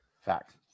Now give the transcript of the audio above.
Fact